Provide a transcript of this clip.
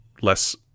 less